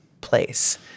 place